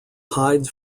hides